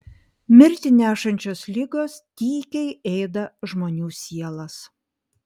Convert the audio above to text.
mirtį nešančios ligos tykiai ėda žmonių sielas